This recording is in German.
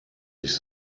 nicht